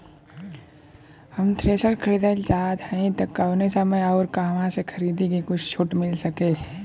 हम थ्रेसर खरीदल चाहत हइं त कवने समय अउर कहवा से खरीदी की कुछ छूट मिल सके?